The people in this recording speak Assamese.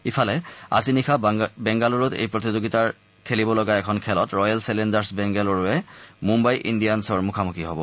ইফালে আজি নিশা বাংগালুৰুত এই প্ৰতিযোগিতাৰ খেলিব লগা এখন খেলত ৰয়েল চেলেঞ্জাৰ্ছ বাংগালুৰুৱে মুঘাই ইণ্ডিয়ান্ছ মুখামুখি হ'ব